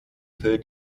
für